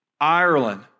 Ireland